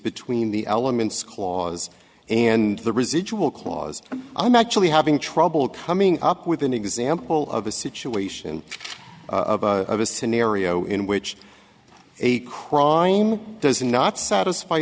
between the elements clause and the residual clause i'm actually having trouble coming up with an example of a situation of a scenario in which a crime does not satisfy